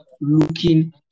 looking